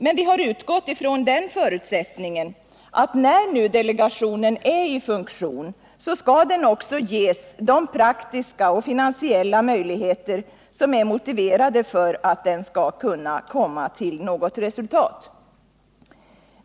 Men vi har utgått från den förutsättningen att när nu delegationen är i funktion så skall den också ges de praktiska och finansiella möjligheter som är motiverade för att den skall kunna komma till något resultat.